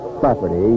property